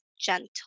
gentle